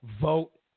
vote